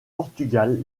portugal